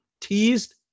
teased